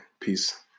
Peace